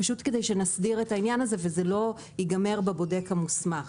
זה כדי שנסדיר את העניין הזה וזה לא ייגמר בבודק המוסמך.